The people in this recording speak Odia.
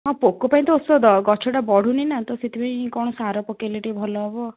ହଁ ପୋକ ପାଇଁ ତ ଔଷଧ ଗଛଟା ବଢ଼ୁନି ନା ତ ସେଥିପାଇଁ କ'ଣ ସାର ପକାଇଲେ ଟିକେ ଭଲ ହେବ